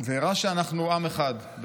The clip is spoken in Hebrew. והראה שאנחנו עם אחד.